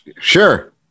Sure